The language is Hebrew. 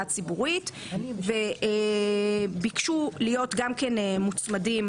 הציבורית וביקשו להיות גם כן מוצמדים